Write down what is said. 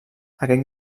aquest